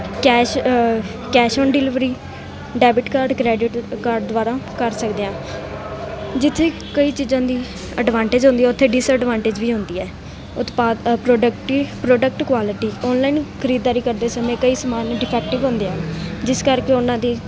cash cash on delivery debit card credit card ਦੁਆਰਾ ਕਰ ਸਕਦੇ ਹਾਂ ਜਿੱਥੇ ਕਈ ਚੀਜ਼ਾਂ ਦੀ ਐਡਵਾਂਟੇਜ ਹੁੰਦੀ ਹੈ ਉੱਥੇ ਡਿਸਅਡਵਾਂਟੇਜ ਵੀ ਹੁੰਦੀ ਹੈ ਉਤਪਾਦ ਅ ਪ੍ਰੋਡਕਟੀ ਪ੍ਰੋਡਕਟ ਕੁਆਲਿਟੀ ਔਨਲਾਈਨ ਖਰੀਦਦਾਰੀ ਕਰਦੇ ਸਮੇਂ ਕਈ ਸਮਾਨ ਡਿਫੈਕਟਿਵ ਹੁੰਦੇ ਆ ਜਿਸ ਕਰਕੇ ਉਹਨਾਂ ਦੀ